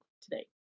today